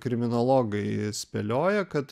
kriminologai spėlioja kad